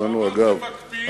אגב,